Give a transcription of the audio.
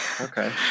okay